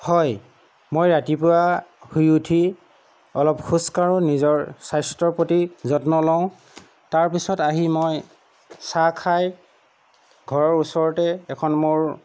হয় মই ৰাতিপুৱা শুই উঠি অলপ খোজ কাঢ়ো নিজৰ স্বাস্থ্যৰ প্ৰতি যত্ন লওঁ তাৰ পিছত আহি মই চাহ খায় ঘৰৰ ওচৰতে এখন মোৰ